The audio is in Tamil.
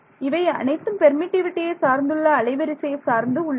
இவை அனைத்தும் பெர்மிட்டிவிட்டியை சார்ந்துள்ள அலைவரிசையை சார்ந்து உள்ளது